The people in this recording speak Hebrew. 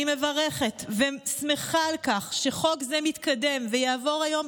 אני מברכת ושמחה על כך שחוק זה מתקדם ויעבור היום,